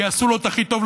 שיעשו לו את הכי טוב,